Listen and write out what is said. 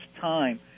time